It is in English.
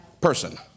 person